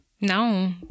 No